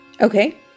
Okay